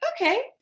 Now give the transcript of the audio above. Okay